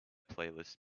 playlist